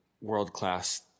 world-class